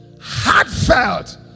heartfelt